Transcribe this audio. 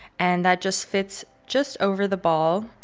and that just fits just over the ball.